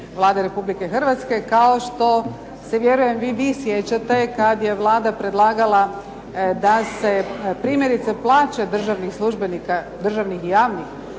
Vlade Republike Hrvatske kao što se vjerujem i vi sjećate kad je Vlada predlagala da se primjerice plaće državnih službenika, državnih i javnih